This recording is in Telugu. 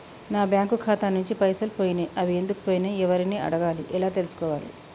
నా బ్యాంకు ఖాతా నుంచి పైసలు పోయినయ్ అవి ఎందుకు పోయినయ్ ఎవరిని అడగాలి ఎలా తెలుసుకోవాలి?